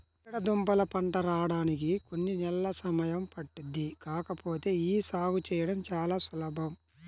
చిలకడదుంపల పంట రాడానికి కొన్ని నెలలు సమయం పట్టుద్ది కాకపోతే యీ సాగు చేయడం చానా సులభం